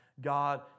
God